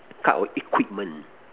type of equipment